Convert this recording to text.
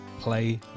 Play